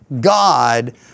God